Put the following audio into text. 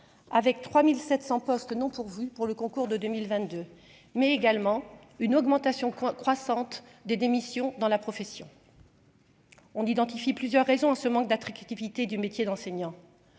avec 3700 postes non pourvus pour le concours de 2022, mais également une augmentation croissante des démissions dans la profession. On identifie plusieurs raisons à ce manque d'attractivité du métier d'enseignant